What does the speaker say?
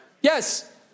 Yes